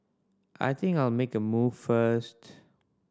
I think I'll make a move first